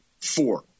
Four